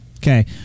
Okay